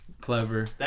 clever